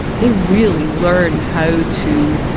they really learn how to,